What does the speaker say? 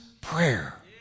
prayer